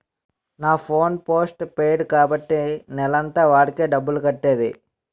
నా phone postpaid కాబట్టి నెలంతా వాడాకే డబ్బులు కట్టేది